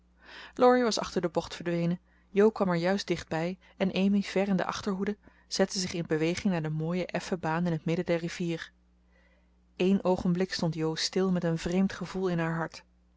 was achter de bocht verdwenen jo kwam er juist dichtbij en amy ver in de achterhoede zette zich in beweging naar de mooie effen baan in het midden der rivier eén oogenblik stond jo stil met een vreemd gevoel in haar hart